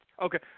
Okay